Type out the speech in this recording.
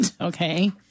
Okay